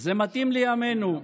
זה מתאים לימינו: